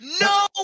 No